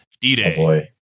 D-Day